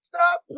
Stop